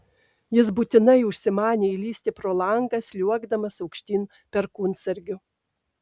jis būtinai užsimanė įlįsti pro langą sliuogdamas aukštyn perkūnsargiu